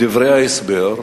בדברי ההסבר,